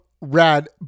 rad